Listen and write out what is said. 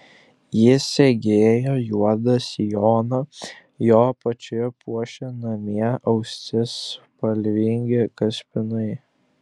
ji segėjo juodą sijoną jo apačią puošė namie austi spalvingi kaspinai